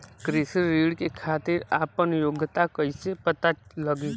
कृषि ऋण के खातिर आपन योग्यता कईसे पता लगी?